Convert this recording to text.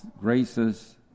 graces